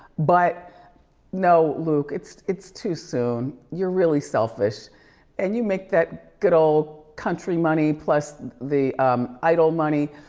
but no luke, it's it's too soon. you're really selfish and you make that good ol' country money plus the idol money.